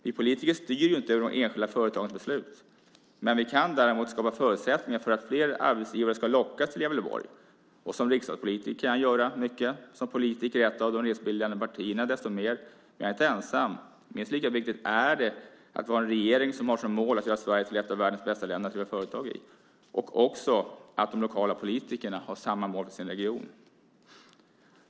Vi politiker styr inte över de enskilda företagens beslut. Vi kan däremot skapa förutsättningar för att fler arbetsgivare ska lockas till Gävleborg. Som riksdagspolitiker kan jag göra mycket, som politiker i ett av de regeringsbildande partierna desto mer. Men jag är inte ensam. Minst lika viktigt är att vi har en regering som har som mål att göra Sverige till ett av världens bästa länder att driva företag i och att de lokala politikerna har samma mål för sin region.